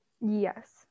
Yes